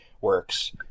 works